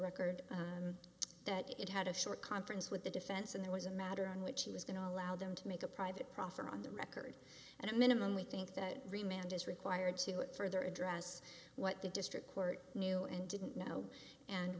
record that it had a short conference with the defense and there was a matter on which he was going to allow them to make a private proffer on the record at a minimum we think that remained is required to it further address what the district court knew and didn't know and